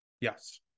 Yes